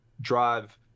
drive